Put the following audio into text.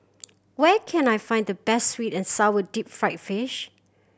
where can I find the best sweet and sour deep fried fish